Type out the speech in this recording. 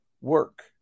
work